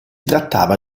trattava